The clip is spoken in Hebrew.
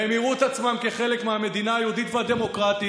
והם יראו את עצמם כחלק מהמדינה היהודית והדמוקרטית,